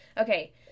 Okay